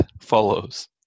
follows